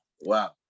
wow